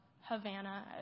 Havana